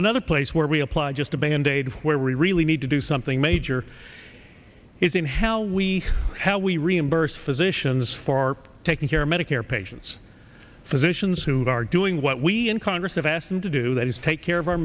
another place where we apply just a band aid where we really need to do something major is in how we how we reimburse physicians for taking care of medicare patients physicians who are doing what we in congress have asked them to do that is take care of our